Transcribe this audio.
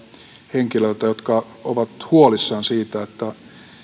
henkilöiltä jotka ovat huolissaan siitä